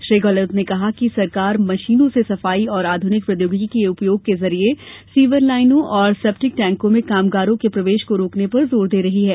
श्री गहलोत ने कहा कि सरकार मशीनों से सफाई और आधुनिक प्रौद्योगिकी के उपयोग के जरिए सीवर लाइनों तथा सेप्टिक टैंकों में कामगारों के प्रवेश को रोकने पर जोर दे रही है